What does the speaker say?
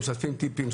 משתפים טיפים,